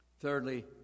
Thirdly